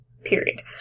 Period